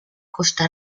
costa